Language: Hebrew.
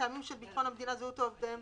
של ביטחון המדינה, זהות עובדיהם